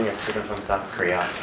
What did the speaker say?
ah student from south korea